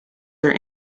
their